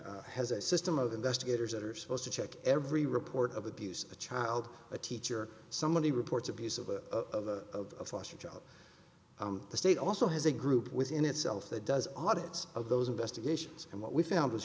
a has a system of investigators that are supposed to check every report of abuse a child a teacher somebody reports abuse of a of foster child the state also has a group within itself that does audits of those investigations and what we found was